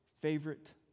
Favorite